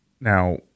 Now